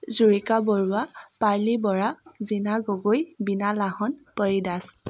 Jurika Baruah Parli Bora Jina Gogoi Bina Lahon Pori Das